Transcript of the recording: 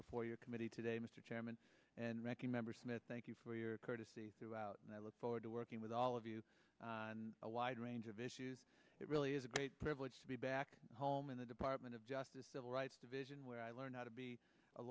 before your committee today mr chairman recchi member smith thank you for your courtesy throughout and i look forward to working with all of you on a wide range of issues it really is a great privilege to be back home in the department of justice civil rights division where i learned how to be a